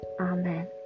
Amen